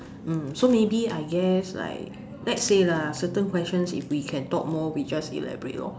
mm so maybe I guess like let's say lah certain questions if we can talk more we just elaborate lor